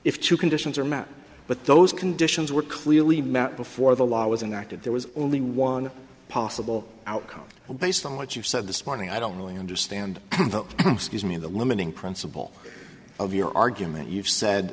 if two conditions are met but those conditions were clearly met before the law was enacted there was only one possible outcome based on what you've said this morning i don't really understand me the limiting principle of your argument you've said